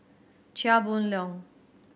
Chia Boon Leong